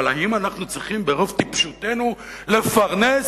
אבל האם אנחנו צריכים, ברוב טיפשותנו, לפרנס